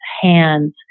hands